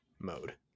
mode